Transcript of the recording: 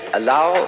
allow